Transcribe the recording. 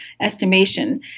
estimation